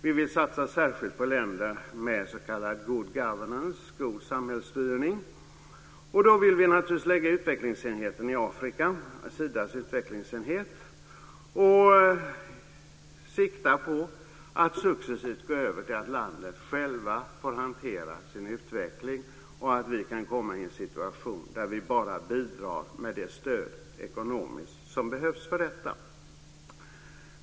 Vi vill satsa särskilt på länder med s.k. good governments, god samhällsstyrning. Då vill vi naturligtvis förlägga Sidas utvecklingsenhet till Afrika och sikta på att successivt gå över till att länderna själva får hantera sin utveckling och att vi kan komma i en situation där vi bara bidrar med det ekonomiska stöd som behövs för detta.